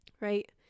right